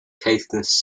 caithness